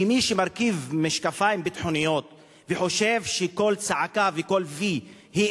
כי מי שמרכיב משקפיים ביטחוניים וחושב שכל צעקה וכל "וי" הם